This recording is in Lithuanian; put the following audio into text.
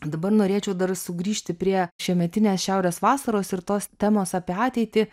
dabar norėčiau dar sugrįžti prie šiemetinės šiaurės vasaros ir tos temos apie ateitį